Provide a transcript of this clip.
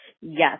Yes